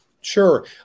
Sure